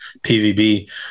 PVB